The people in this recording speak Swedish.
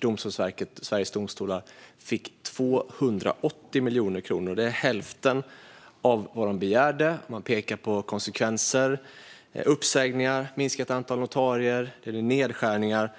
Domstolsverket - Sveriges Domstolar, fick 280 miljoner kronor. Det är hälften av vad man begärde. Man pekar på konsekvenser: uppsägningar, minskat antal notarier eller nedskärningar.